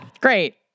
Great